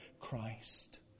Christ